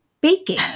baking